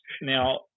now